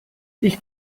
ich